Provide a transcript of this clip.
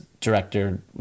director